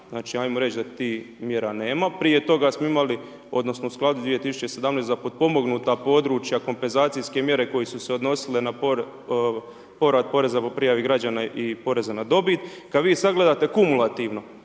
lani. Ajmo reći da tih mjera nema, prije toga smo imali, u skladu 2017. za potpomognuta područja kompenzacijske mjere koje su se odnosile na povrat poreza po prijavi građana i porezna na dobit. Kada vi sagledate kumulativno,